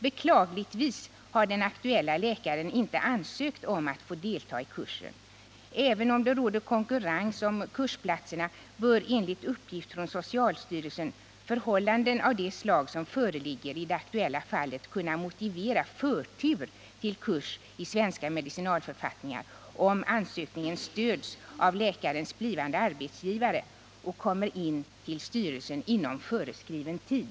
Beklagligtvis har den aktuelle läkaren inte ansökt om att få delta i kursen. Även om det råder konkurrens om kursplatserna, bör enligt uppgift från socialstyrelsen förhållanden av det slag som föreligger i det aktuella fallet kunna motivera förtur till kurs i svenska medicinalförfattningar, om ansökningen stöds av läkarens blivande arbetsgivare och kommer in till styrelsen inom föreskriven tid.